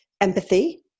empathy